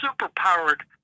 super-powered